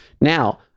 now